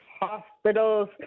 hospitals